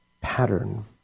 pattern